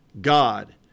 God